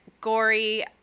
gory